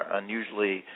unusually